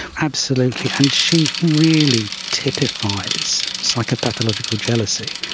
absolutely, and she really typifies psychopathological jealousy.